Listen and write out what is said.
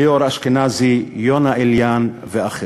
ליאור אשכנזי, יונה אליאן ואחרים.